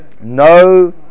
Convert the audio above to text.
No